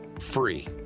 free